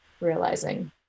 realizing